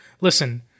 listen